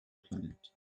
planet